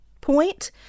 point